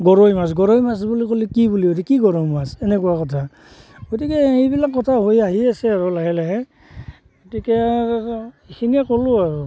গৰৈ মাছ গৰৈ মাছ বুলি ক'লে কি বুলি কয় কি গৰৈ মাছ এনেকুৱা কথা গতিকে সেইবিলাক কথা হৈ আহি আছে আৰু লাহে লাহে গতিকে এইখিনিয়ে ক'লোঁ আৰু